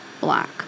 black